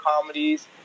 comedies